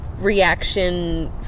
reaction